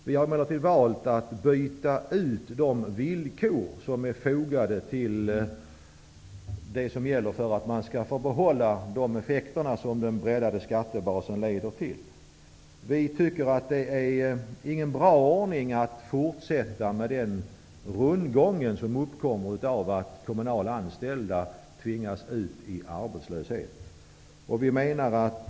Vi har emellertid valt att byta ut de villkor som är fogade till det som gäller för att man skall få behålla de effekter som den breddade skattebasen leder till. Vi tycker inte att det är en bra ordning att fortsätta med den rundgång som uppkommer när kommunalt anställda tvingas ut i arbetslöshet.